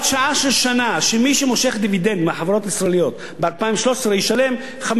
שמי שמושך דיבידנד מהחברות הישראליות ב-2013 ישלם 15% דיבידנד